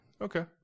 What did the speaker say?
Okay